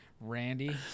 Randy